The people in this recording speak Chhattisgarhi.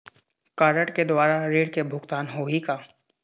कारड के द्वारा ऋण के भुगतान होही का?